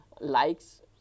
likes